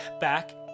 back